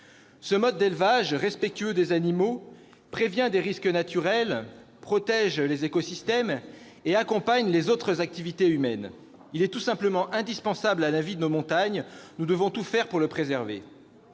Ce mode d'élevage respectueux des animaux prévient des risques naturels, protège les écosystèmes et accompagne les autres activités humaines. Il est tout simplement indispensable à la vie de nos montagnes, et nous devons tout faire pour le préserver.